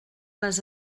les